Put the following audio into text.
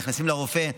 הוא היה נותן לך